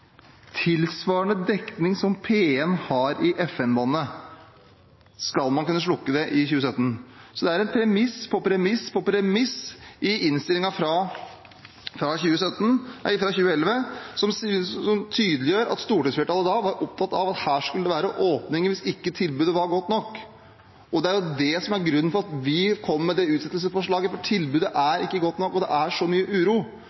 dekning som P1 har i FM-bandet» hvis man skal kunne slukke det i 2017. Så det er premiss, på premiss, på premiss i innstillingen fra 2011 som tydeliggjør at stortingsflertallet da var opptatt av at her skulle det være åpninger hvis tilbudet ikke var godt nok, og det er det som er grunnen til at vi kom med det utsettelsesforslaget, for tilbudet er ikke godt nok, og det er så mye uro.